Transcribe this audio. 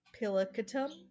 pilicatum